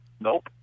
Nope